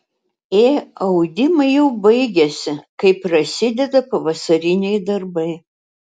ė audimai jau baigiasi kai prasideda pavasariniai darbai